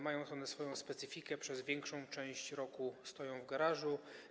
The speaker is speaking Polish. Mają one swoją specyfikę, bo przez większą część roku stoją w garażu.